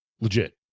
legit